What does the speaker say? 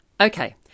Okay